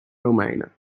romeinen